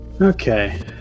okay